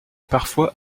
parfois